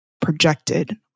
projected